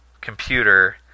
computer